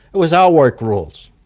it was our work rules.